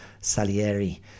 Salieri